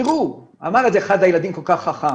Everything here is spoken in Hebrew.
תראו, אמר את זה אחד הילדים כל כך חכם,